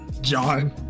John